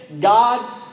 God